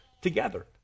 together